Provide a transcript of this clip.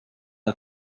her